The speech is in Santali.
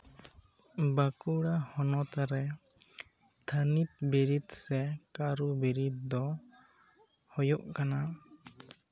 ᱵᱟᱸᱠᱩᱲᱟ ᱦᱚᱱᱚᱛ ᱨᱮ ᱛᱷᱟᱱᱤᱛ ᱵᱤᱨᱤᱫ ᱥᱮ ᱠᱟᱨᱩ ᱵᱤᱨᱤᱫ ᱫᱚ ᱦᱩᱭᱩᱜ ᱠᱟᱱᱟ